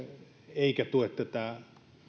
eikä tue